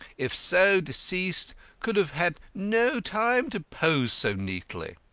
if so, deceased could have had no time to pose so neatly.